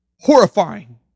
horrifying